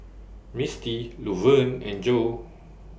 Misti Luverne and Joe